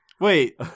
Wait